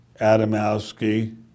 Adamowski